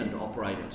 operated